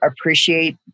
appreciate